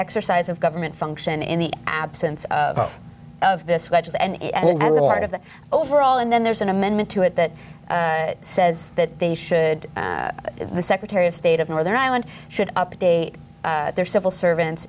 exercise of government function in the absence of of this wedges and as a part of the overall and then there's an amendment to it that says that they should the secretary of state of northern ireland should update their civil servants